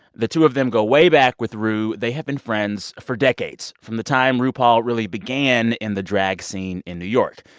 the two of them go way back with ru. they have been friends for decades from the time rupaul really began in the drag scene in new york,